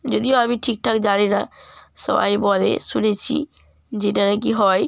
যদিও আমি ঠিকঠাক জানি না সবাই বলে শুনেছি যে এটা নাকি হয়